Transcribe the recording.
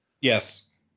Yes